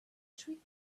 trick